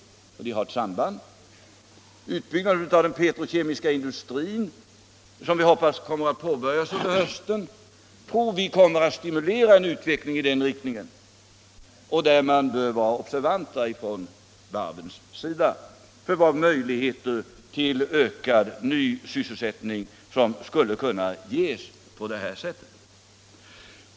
Och de har ett samband sinsemellan. Utbyggnaden av den petrokemiska industrin, som vi hoppas kommer att påbörjas under hösten, tror jag kommer att stimulera utvecklingen inom dessa områden. Där bör varven vara observanta inför möjligheterna till nya sysselsättningstillfällen, som skulle kunna fås på det sättet.